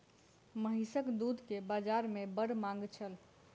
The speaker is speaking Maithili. महीसक दूध के बाजार में बड़ मांग छल